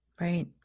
right